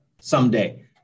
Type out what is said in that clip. someday